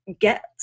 get